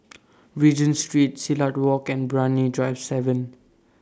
Regent Street Silat Walk and Brani Drive seven